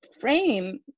frame